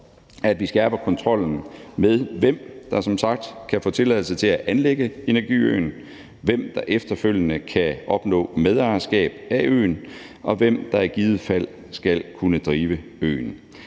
at vi skærper kontrollen med, hvem der som sagt kan få tilladelse til at anlægge energiøen, hvem der efterfølgende kan opnå medejerskab af øen, og hvem der i givet fald skal kunne drive øen.